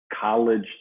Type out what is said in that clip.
college